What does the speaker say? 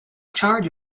charge